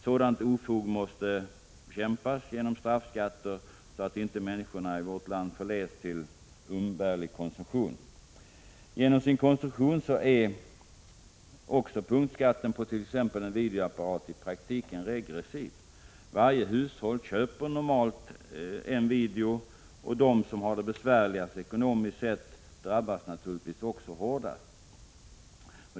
Sådant ofog måste bekämpas genom straffskatter, så att inte människorna i vårt land förleds till umbärlig konsumtion. Genom sin konstruktion är också punktskatten på t.ex. en videoapparat i praktiken regressiv. Varje hushåll köper normalt en video, och de som har det besvärligast ekonomiskt sett drabbas naturligtvis också hårdast.